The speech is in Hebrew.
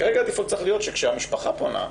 כרגע ברירת המחדל צריכה להיות שכשהמשפחה פונה,